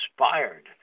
inspired